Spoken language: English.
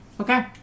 Okay